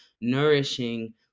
nourishing